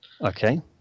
Okay